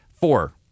Four